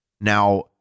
Now